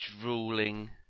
drooling